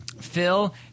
Phil